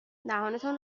دهانتان